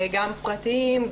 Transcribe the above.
גם פרטיים,